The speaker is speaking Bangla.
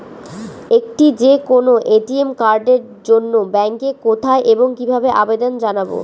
একটি যে কোনো এ.টি.এম কার্ডের জন্য ব্যাংকে কোথায় এবং কিভাবে আবেদন জানাব?